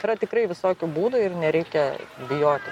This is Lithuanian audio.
yra tikrai visokių būdų ir nereikia bijoti